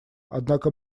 однако